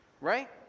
right